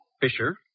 Fisher